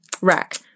rack